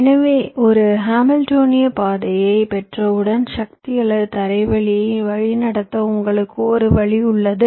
எனவே ஒரு ஹாமில்டோனிய பாதையைப் பெற்றவுடன் சக்தி அல்லது தரைவழிகளை வழிநடத்த உங்களுக்கு ஒரு வழி உள்ளது